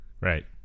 Right